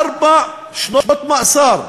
ארבע שנות מאסר.